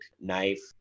knife